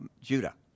Judah